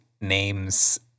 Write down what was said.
names